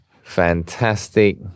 fantastic